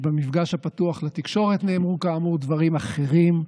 במפגש הפתוח לתקשורת נאמרו, כאמור, דברים אחרים.